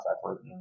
effort